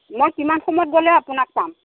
মই কিমান সময়ত গ'লে আপোনাক পাম